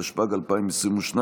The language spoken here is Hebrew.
התשפ"ג 2022,